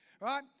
Right